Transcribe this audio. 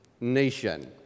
nation